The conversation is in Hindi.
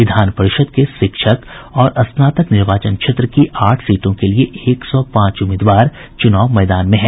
विधान परिषद के शिक्षक और स्नातक निर्वाचन क्षेत्र की आठ सीटों के लिये एक सौ पांच उम्मीदवार चुनाव मैदान में हैं